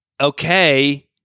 okay